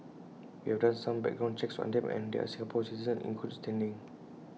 we have done some background checks on them and they are Singapore citizens in good standing